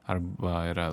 arba yra